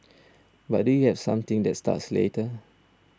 but do you have something that starts later